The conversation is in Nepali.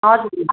हजुर मिस